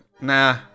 nah